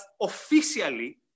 officially